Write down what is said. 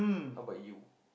how about you